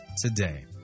today